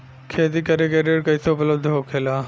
खेती करे के ऋण कैसे उपलब्ध होखेला?